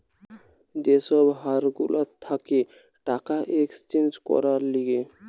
যে সব হার গুলা থাকে টাকা এক্সচেঞ্জ করবার লিগে